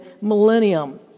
millennium